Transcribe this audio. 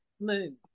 moon